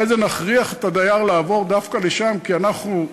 ואחרי זה נכריח את הדייר לעבור דווקא לשם כי אנחנו,